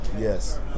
yes